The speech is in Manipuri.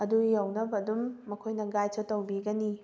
ꯑꯗꯨ ꯌꯧꯅꯕ ꯑꯗꯨꯝ ꯃꯈꯣꯏꯅ ꯒꯥꯏꯗꯁꯨ ꯇꯧꯕꯤꯒꯅꯤ